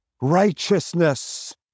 righteousness